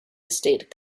estate